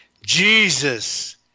Jesus